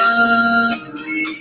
Lovely